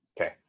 Okay